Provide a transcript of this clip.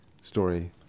story